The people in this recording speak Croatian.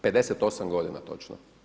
58 godina točno.